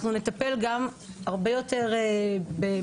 אנחנו גם נטפל הרבה יותר מדויק,